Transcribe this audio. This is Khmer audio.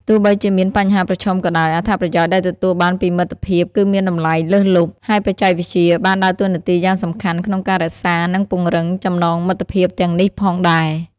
ទោះបីជាមានបញ្ហាប្រឈមក៏ដោយ អត្ថប្រយោជន៍ដែលទទួលបានពីមិត្តភាពគឺមានតម្លៃលើសលប់ ហើយបច្ចេកវិទ្យាបានដើរតួនាទីយ៉ាងសំខាន់ក្នុងការរក្សានិងពង្រឹងចំណងមិត្តភាពទាំងនេះផងដែរ ។